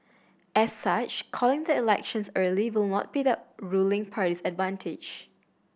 as such calling the elections early will not be the ruling party's advantage